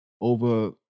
Over